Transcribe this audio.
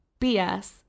BS